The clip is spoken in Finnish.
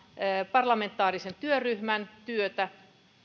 parlamentaarisen työryhmän työtä